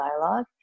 dialogue